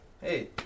Hey